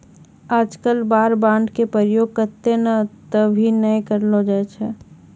आजकल war bond के प्रयोग कत्तौ त भी नय करलो जाय छै